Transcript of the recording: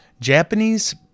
Japanese